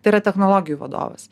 tai yra technologijų vadovas